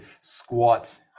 squat